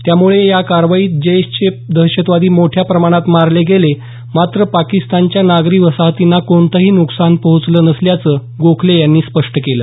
त्यामुळे या कारवाईत जैशचे दहशतवादी मोठ्या प्रमाणात मारले गेले मात्र पाकिस्तानच्या नागरी वसाहतींना कोणतंही नुकसान पोहोचलं नसल्याचं गोखले यांनी स्पष्ट केलं